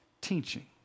teaching